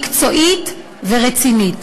מקצועית ורצינית.